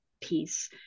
piece